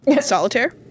Solitaire